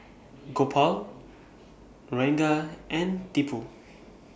Gopal Ranga and Tipu